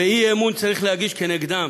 ואי-אמון צריך להגיש כנגדן,